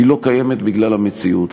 היא לא קיימת בגלל המציאות.